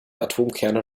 atomkerne